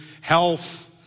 health